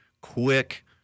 quick